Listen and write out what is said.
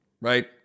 Right